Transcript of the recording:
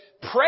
pray